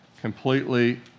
completely